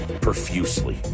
profusely